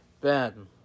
Ben